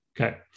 Okay